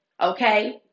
Okay